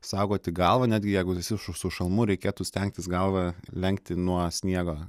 saugoti galvą netgi jeigu esi su šalmu reikėtų stengtis galvą lenkti nuo sniego